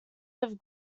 have